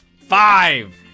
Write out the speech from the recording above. Five